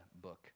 book